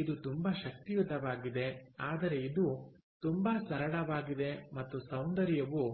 ಇದು ತುಂಬಾ ಶಕ್ತಿಯುತವಾಗಿದೆ ಆದರೆ ಇದು ತುಂಬಾ ಸರಳವಾಗಿದೆ ಮತ್ತು ಸೌಂದರ್ಯವು